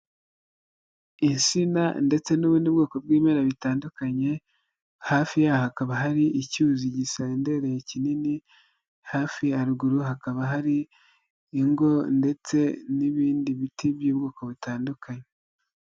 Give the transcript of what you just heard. Insina ndetse n'ubundi bwoko bw'ibimera bitandukanye, hafi yaho hakaba hari icyuzi gisendereye kinini, hafi haruguru hakaba hari ingo ndetse n'ibindi biti by'ubwoko butandukanye.